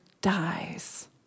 dies